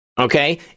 okay